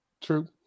True